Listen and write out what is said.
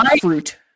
fruit